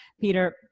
Peter